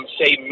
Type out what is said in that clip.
say